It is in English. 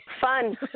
Fun